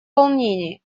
волнении